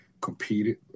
competed